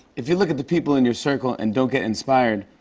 if you look at the people in your circle and don't get inspired,